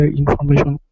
information